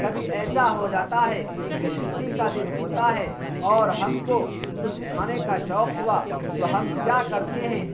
کبھی ایسا ہو جاتا ہے کہ چھٹی کا دن ہوتا ہے اور ہم کو کچھ کھانے کا شوق ہوا تو ہم کیا کرتے ہیں